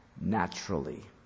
Naturally